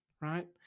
right